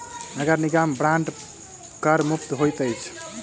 नगर निगम बांड कर मुक्त होइत अछि